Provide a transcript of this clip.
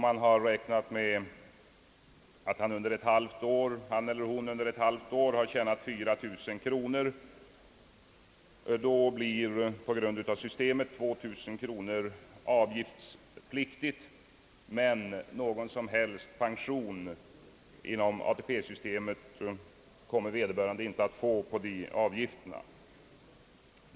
Man har räknat med att han eller hon under ett halvt år tjänat 4 000 kronor. På grund av systemet blir 2000 kronor avgiftspliktiga, men någon som helst pension inom ATP-systemet kommer vederbörande inte att få på de avgifterna.